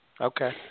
Okay